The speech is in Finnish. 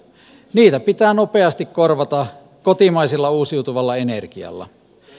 niitä pitää nopeasti korvata kotimaisella uusiutuvalla energialla